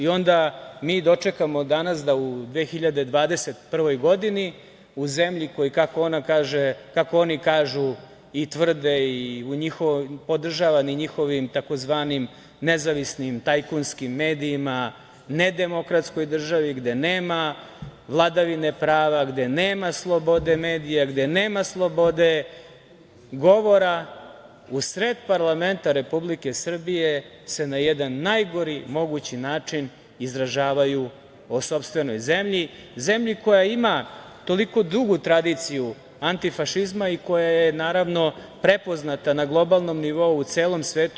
Onda mi dočekamo danas da u 2021. godini, u zemlji koja, kako oni kažu i tvrde i u podržavanim njihovim tzv. „nezavisnim“ tajkunskim medijima, nedemokratskoj državi, gde nema vladavine prava, gde nema slobode medija, gde nema slobode govora, u sred parlamenta Republike Srbije se na jedan najgori mogući način izražavaju o sopstvenoj zemlji, zemlji koja ima toliko dugu tradiciju anti-fašizma i koja je, naravno, prepoznata na globalnom nivou u celom svetu.